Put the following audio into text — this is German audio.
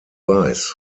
weiß